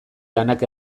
lanak